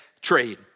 trade